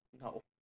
No